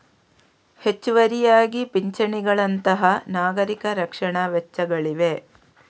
ಹೆಚ್ಚುವರಿಯಾಗಿ ಪಿಂಚಣಿಗಳಂತಹ ನಾಗರಿಕ ರಕ್ಷಣಾ ವೆಚ್ಚಗಳಿವೆ